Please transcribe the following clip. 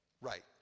right